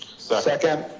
so second.